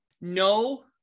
No